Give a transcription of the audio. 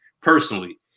personally